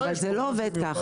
זה לא עובד ככה.